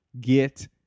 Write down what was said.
Get